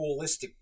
holistic